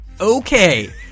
Okay